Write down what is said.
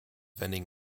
vending